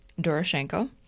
Doroshenko